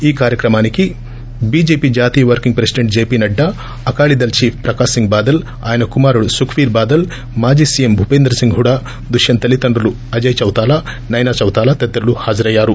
ఈ కార్యక్రమానికి బీజేపీ జాతీయ working president JP Nadda Akali Dal chief Prakash Singh Badal ఆయన కుమారుడు సుఖ్బీర్ బాదల్ మాజీ సీఎం భూపేందర్ సింగ్ హుడా దుష్వంత్ తల్లిదండ్రులు అజయ్ చౌతాలా సెనా చౌతాలా తదితరులు హాజరయ్యారు